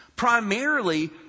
Primarily